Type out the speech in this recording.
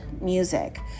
music